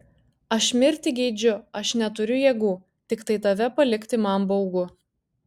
aš mirti geidžiu aš neturiu jėgų tiktai tave palikti man baugu